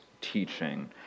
teaching